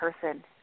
person